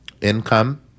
income